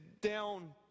down